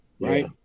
Right